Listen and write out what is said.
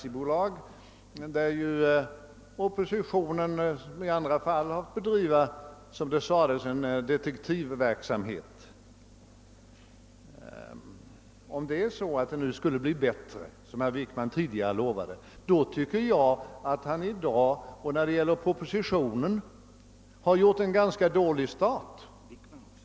I dessa fall har ju oppositionen fått bedriva — som det här sagts — ett slags detektivverksamhet. Om denna statliga information skulle bli bättre — som herr Wickman tidigare lovade — tycker jag att han i dag och vad propositionen beträffar gjort en dålig start.